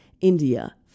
India